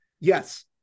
yes